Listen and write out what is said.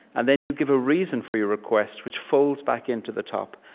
and then, you give a reason for your request, which folds back into the top.